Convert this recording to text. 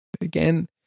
Again